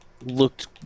Looked